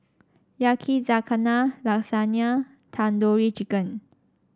Yakizakana Lasagne Tandoori Chicken